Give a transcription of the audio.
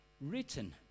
written